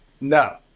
No